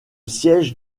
siège